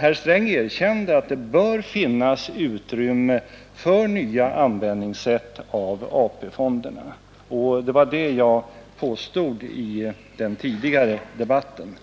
Herr Sträng erkände att det bör finnas utrymme för nya sätt att använda AP-fonderna — det var detta jag påstått i den tidigare debatten.